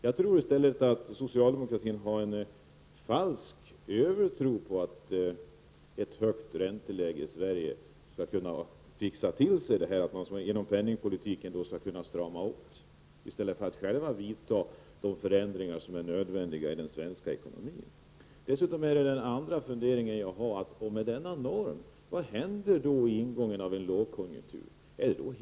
Jag tror att socialdemokratin har en övertro på att man genom ett högt ränteläge i Sverige skulle kunna fixa detta, alltså att man skulle kunna strama åt genom penningpolitiken i stället för att vidta de åtgärder som är nödvändiga i den svenska ekonomin. Om man har denna norm undrar jag vad som händer vid ingången av en lågkonjunktur.